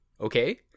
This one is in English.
okay